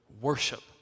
worship